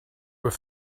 were